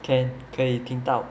can 可以听到